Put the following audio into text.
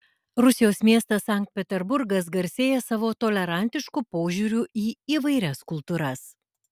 rusijos miestas sankt peterburgas garsėja savo tolerantišku požiūriu į įvairias kultūras